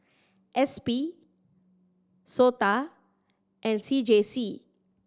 S P SOTA and C J C